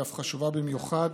והיא אף חשובה במיוחד